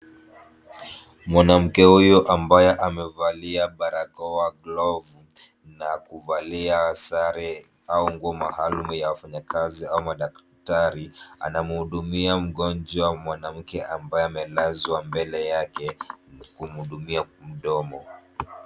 Mwanamke huyu ambaye amevalia barakoa, glovu na kuvalia sare au nguo maalum ya mfanyakazinama daktari, anamhudumia mgonjwa mwanamke ambaye amelazwa mbele yake, kumhudumia mdomo.